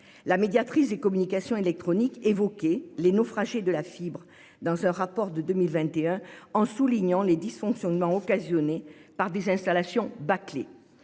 La médiatrice des communications électroniques évoquait « les naufragés de la fibre » dans un rapport de 2021, en soulignant les dysfonctionnements occasionnés par des installations bâclées.